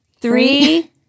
Three